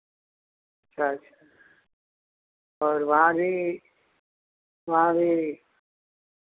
अच्छा अच्छा और वहाँ भी वहाँ भी